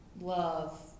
love